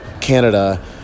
Canada